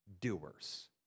doers